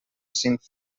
cinc